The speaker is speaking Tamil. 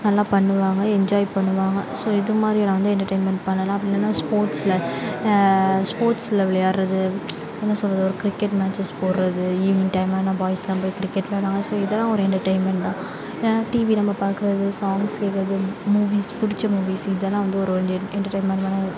நல்லா பண்ணுவாங்க என்ஜாய் பண்ணுவாங்க ஸோ இது மாதிரிலாம் வந்து எண்டர்டெய்ன்மெண்ட் பண்ணலாம் அப்படி இல்லைன்னா ஸ்போர்ட்ஸில் ஸ்போர்ட்ஸில் விளையாடுறது என்ன சொல்வது ஒரு க்ரிக்கெட் மேட்சஸ் போடுறது ஈவ்னிங் டைம் ஆனால் பாய்ஸெலாம் போய் க்ரிக்கெட் விளையாடுவாங்க ஸோ இதெல்லாம் ஒரு எண்டர்டெய்ன்மெண்ட் தான் இல்லைனா டிவி நம்ம பார்க்குறது சாங்ஸ் கேட்குறது மூவிஸ் பிடிச்ச மூவிஸ் இதெல்லாம் வந்து ஒரு வந்து எண்டர்டெய்ன்மெண்ட்டான